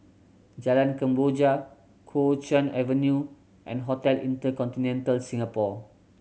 Jalan Kemboja Kuo Chuan Avenue and Hotel InterContinental Singapore